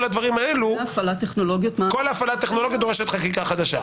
הדברים האלה - כל הפעלת טכנולוגיות דורשת חקיקה חדשה.